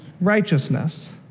righteousness